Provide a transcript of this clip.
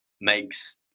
makes